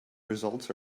results